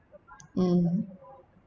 mm